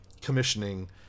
commissioning